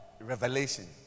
revelation